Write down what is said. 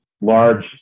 large